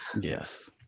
Yes